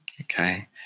Okay